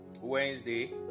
Wednesday